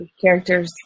characters